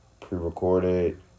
pre-recorded